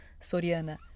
Soriana